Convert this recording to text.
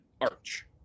arch